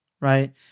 Right